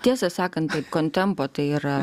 tiesą sakant taip kontempo tai yra